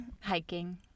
Hiking